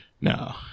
No